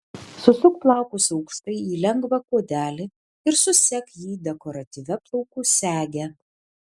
susuk plaukus aukštai į lengvą kuodelį ir susek jį dekoratyvia plaukų sege